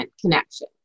connection